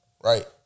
Right